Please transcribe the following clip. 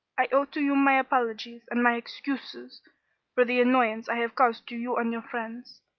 i owe to you my apologies and my excuses for the annoyance i have caused to you and your friends.